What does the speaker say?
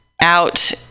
out